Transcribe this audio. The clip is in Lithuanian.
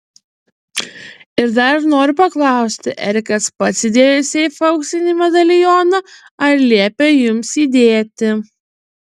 ir dar noriu paklausti erikas pats įdėjo į seifą auksinį medalioną ar liepė jums įdėti